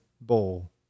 bowl